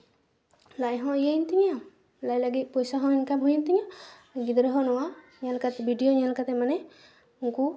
ᱞᱟᱡ ᱦᱚᱸ ᱤᱭᱟᱹᱭᱮᱱ ᱛᱤᱧᱟᱹ ᱞᱟᱡ ᱞᱟᱹᱜᱤᱫ ᱯᱚᱭᱥᱟ ᱦᱚᱸ ᱤᱱᱠᱟᱢ ᱦᱩᱭᱮᱱ ᱛᱤᱧᱟᱹ ᱜᱤᱫᱽᱨᱟᱹ ᱦᱚᱸ ᱱᱚᱣᱟ ᱧᱮᱞ ᱠᱟᱛᱮ ᱵᱷᱤᱰᱤᱭᱳ ᱧᱮᱞ ᱠᱟᱛᱮ ᱢᱟᱱᱮ ᱱᱩᱠᱩ